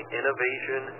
innovation